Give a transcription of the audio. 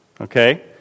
Okay